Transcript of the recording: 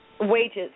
wages